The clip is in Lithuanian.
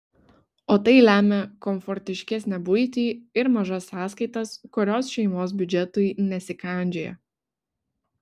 o tai lemia komfortiškesnę buitį ir mažas sąskaitas kurios šeimos biudžetui nesikandžioja